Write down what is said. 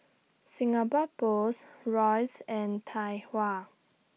Singapore Post Royce and Tai Hua